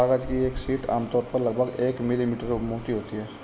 कागज की एक शीट आमतौर पर लगभग एक मिलीमीटर मोटी होती है